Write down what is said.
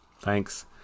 thanks